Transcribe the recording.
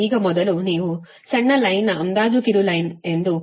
ಈಗ ಮೊದಲು ನೀವು ಇದನ್ನು ಸಣ್ಣ ಲೈನ್ ನ ಅಂದಾಜು ಕಿರು ಲೈನ್ ಎಂದು ಪರಿಗಣಿಸಿದರೆ VS VR IZ